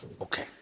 Okay